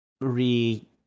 Re